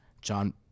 john